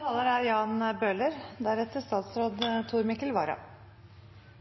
for innleggene, som var interessante. Det er